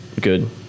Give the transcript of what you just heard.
Good